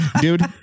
Dude